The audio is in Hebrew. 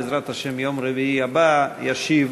בעזרת השם, ביום רביעי הבא ישיב